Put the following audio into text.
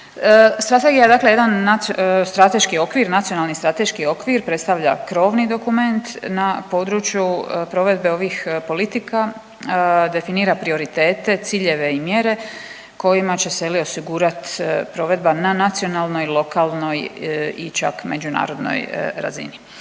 Strategija je dakle jedan strateški okvir, nacionalni strateški okvir, predstavlja krovni dokument na području provedbe ovih politika, definira prioritete, ciljeve i mjere kojima će se ili osigurati provedba na nacionalnoj, lokalnoj i čak međunarodnoj razini.